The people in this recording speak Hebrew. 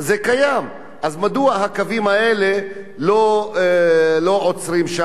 אז מדוע הקווים האלה לא עוצרים שמה ולמה לא מגדילים את